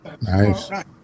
nice